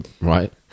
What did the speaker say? Right